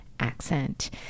accent